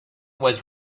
was